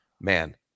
man